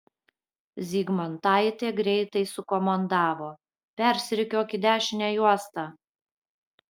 zygmantaitė greitai sukomandavo persirikiuok į dešinę juostą